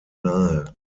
nahe